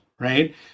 right